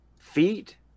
feet